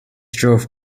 drove